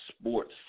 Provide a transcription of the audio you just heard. sports